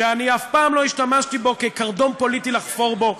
שאני אף פעם לא השתמשתי בו כקרדום פוליטי לחפור בו,